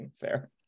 Fair